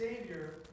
Savior